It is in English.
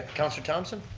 councillor thomson.